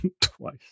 twice